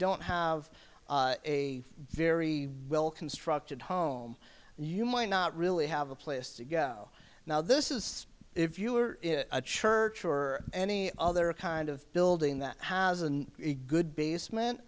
don't have a very well constructed home you might not really have a place to go now this is if you are in a church or any other kind of building that has a good basement